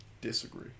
disagree